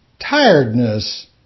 tiredness